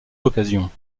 occasions